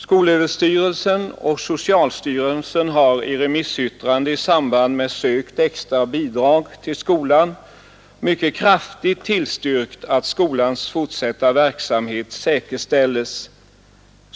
Skolöverstyrelsen och socialstyrelsen har i remissyttranden i samband med sökt extra statsbidrag till skolan mycket kraftigt tillstyrkt att skolans fortsatta verksamhet säkerställs.